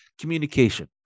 communication